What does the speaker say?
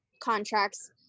contracts